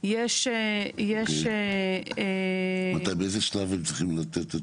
מתי, באיזה שלב הם צריכים לתת?